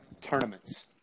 tournaments